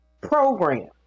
program